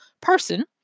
person